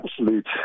absolute